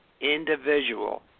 individual